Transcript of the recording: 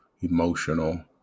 emotional